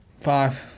Five